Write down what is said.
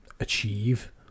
Achieve